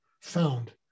found